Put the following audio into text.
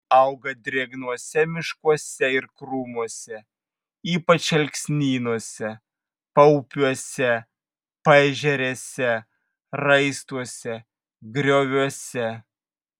auga drėgnuose miškuose ir krūmuose ypač alksnynuose paupiuose paežerėse raistuose grioviuose